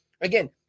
Again